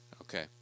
Okay